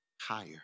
higher